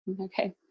Okay